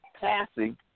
passing